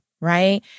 right